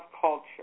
culture